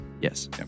Yes